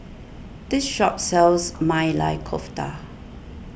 this shop sells Maili Kofta